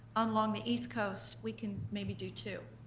along the east coast, we can maybe do two.